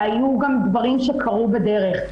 והיו גם דברים שקרו בדרך.